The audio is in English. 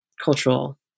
cultural